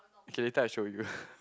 okay later I show you